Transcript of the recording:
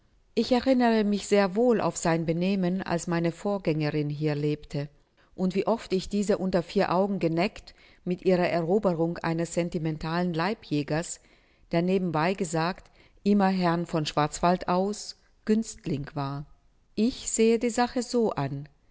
ich erinnere mich sehr wohl auf sein benehmen als meine vorgängerin hier lebte und wie oft ich diese unter vier augen geneckt mit ihrer eroberung eines sentimentalen leibjägers der nebenbei gesagt immer herrn von schwarzwaldau's günstling war ich sehe die sache so an